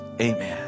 Amen